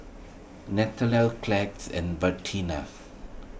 Nathanael and Bertina